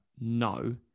No